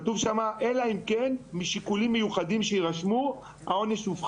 כתוב שם ששיקולים של בית המשפט עשויים להפחית את העונש.